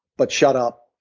but shut up.